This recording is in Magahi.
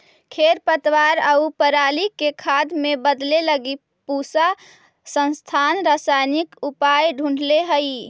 खरपतवार आउ पराली के खाद में बदले लगी पूसा संस्थान रसायनिक उपाय ढूँढ़ले हइ